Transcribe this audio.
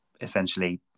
essentially